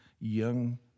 young